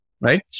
right